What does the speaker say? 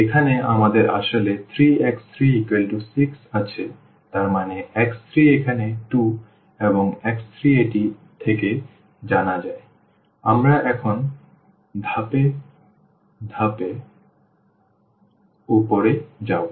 সুতরাং এখানে আমাদের আসলে 3x3 6 আছে তার মানে x3 এখানে 2 এবং এই x3 এটি থেকে জানা যায় আমরা এখন ধাপে ধাপে উপরে যাব